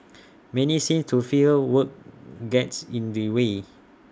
many seem to feel work gets in the way